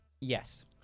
Yes